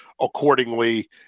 accordingly